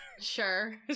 Sure